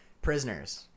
prisoners